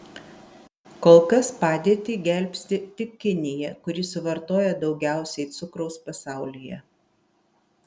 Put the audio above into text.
kol kas padėtį gelbsti tik kinija kuri suvartoja daugiausiai cukraus pasaulyje